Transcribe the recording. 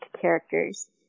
characters